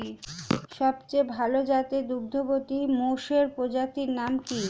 সবচেয়ে ভাল জাতের দুগ্ধবতী মোষের প্রজাতির নাম কি?